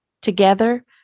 Together